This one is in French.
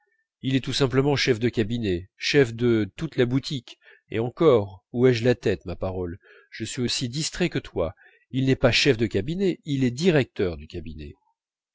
il est tout simplement chef de cabinet chef de toute la boutique et encore où ai-je la tête ma parole je suis aussi distrait que toi il n'est pas chef de cabinet il est directeur du cabinet